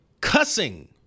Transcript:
cussing